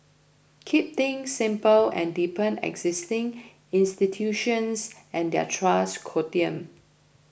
keep things simple and deepen existing institutions and their trust quotient